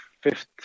fifth